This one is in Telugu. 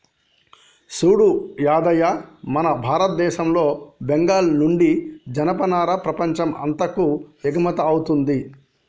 సూడు యాదయ్య మన భారతదేశంలో బెంగాల్ నుండి జనపనార ప్రపంచం అంతాకు ఎగుమతౌతుంది